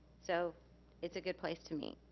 so it's a good place to meet.